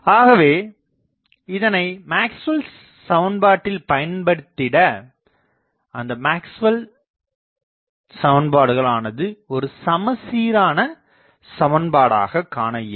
ஆகவே இதனை Maxwell Maxwell's சமன்பாட்டில் பயன்படுத்திட அந்த மேக்ஸ்வெல் Maxwell's சமன்பாடுகள் ஆனது ஒரு சமச்சீரான சமன்பாடாக காண இயலும்